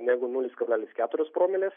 negu nulis kablelis keturios promilės